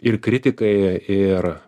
ir kritikai ir